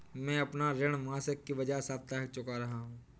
मैं अपना ऋण मासिक के बजाय साप्ताहिक चुका रहा हूँ